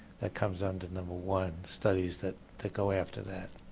that comes under number one. studies that that go after that